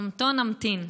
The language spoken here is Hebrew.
אמתין.